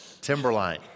Timberline